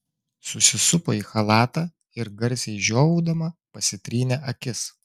susisupo į chalatą ir garsiai žiovaudama pasitrynė akis